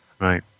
Right